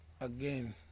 again